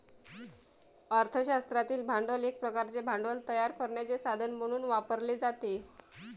अर्थ शास्त्रातील भांडवल एक प्रकारचे भांडवल तयार करण्याचे साधन म्हणून वापरले जाते